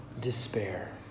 despair